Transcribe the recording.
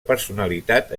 personalitat